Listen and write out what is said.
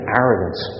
arrogance